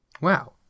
Wow